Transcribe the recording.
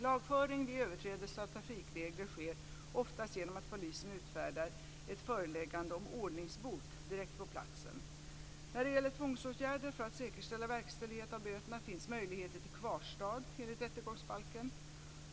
Lagföring vid överträdelse av trafikregler sker oftast genom att polisen utfärdar ett föreläggande om ordningsbot direkt på platsen. När det gäller tvångsåtgärder för att säkerställa verkställighet av böterna finns möjligheterna till kvarstad enligt rättegångsbalken.